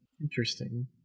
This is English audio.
interesting